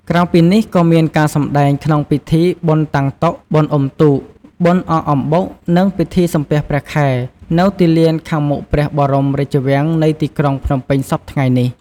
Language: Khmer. ក្រៅពីនេះ ក៏មានការសម្តែងក្នុងពិធីបុណ្យតាំងតុ បុណ្យអុំទូក បុណ្យអកអំបុក និងពិធីសំពះព្រះខែ នៅទីលានខាងមុខព្រះបរមរាជវាំងនៃទីក្រុងភ្នំពេញសព្វថ្ងៃនេះ ។